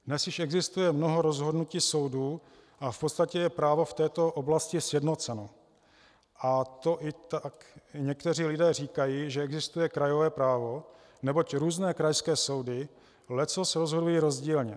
Dnes již existuje mnoho rozhodnutí soudů a v podstatě je právo v této oblasti sjednoceno, a to i někteří lidé říkají, že existuje krajové právo, neboť různé krajské soudy leccos rozhodují rozdílně.